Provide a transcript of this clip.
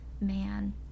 man